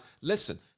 listen